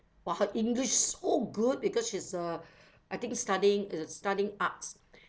!wah! her english so good because she's uh I think studying studying arts